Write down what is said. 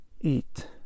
eat